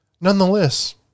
Nonetheless